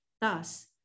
Thus